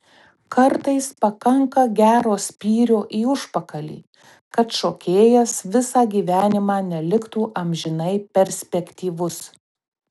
kartais pakanka gero spyrio į užpakalį kad šokėjas visą gyvenimą neliktų amžinai perspektyvus